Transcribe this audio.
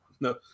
no